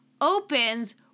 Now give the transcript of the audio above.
opens